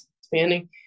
expanding